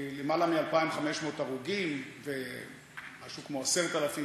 למעלה מ-2,500 הרוגים ומשהו כמו 10,000